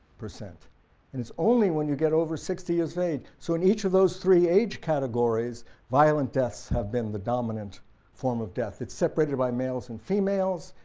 and it's only when you get over sixty years of age so in each of those three age categories violent deaths have been the dominant form of death. it's separated by males and females,